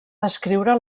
descriure